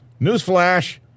Newsflash